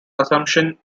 assumption